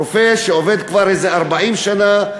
רופא שעובד כבר איזה 40 שנה,